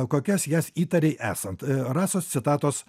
kokias jas įtarei esant rasos citatos